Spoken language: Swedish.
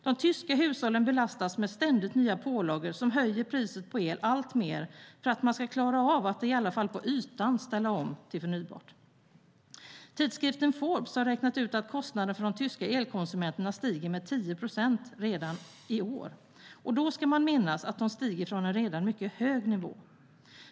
De tyska hushållen belastas med ständigt nya pålagor som höjer priset på el alltmer för att man ska klara av att i alla fall på ytan ställa om till förnybart. Tidskriften Forbes har räknat ut att kostnaderna för de tyska elkonsumenterna stiger med 10 procent redan i år, och då ska man minnas att de stiger från en redan mycket hög nivå.